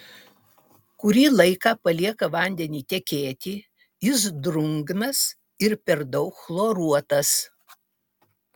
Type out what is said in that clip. kurį laiką palieka vandenį tekėti jis drungnas ir per daug chloruotas